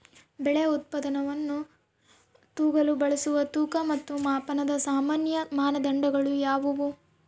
ಬೆಳೆ ಉತ್ಪನ್ನವನ್ನು ತೂಗಲು ಬಳಸುವ ತೂಕ ಮತ್ತು ಮಾಪನದ ಸಾಮಾನ್ಯ ಮಾನದಂಡಗಳು ಯಾವುವು?